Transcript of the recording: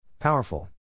Powerful